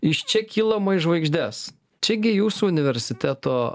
iš čia kylama į žvaigždes čia gi jūsų universiteto